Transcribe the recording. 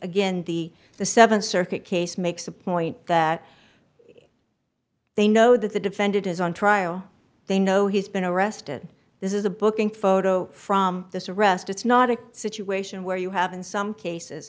gain the the th circuit case makes a point that they know that the defendant is on trial they know he's been arrested this is a booking photo from this arrest it's not a situation where you have in some cases